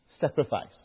sacrifice